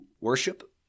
worship